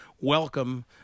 welcome